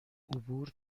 عبور